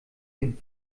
dem